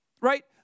right